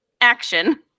action